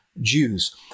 Jews